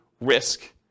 risk